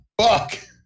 fuck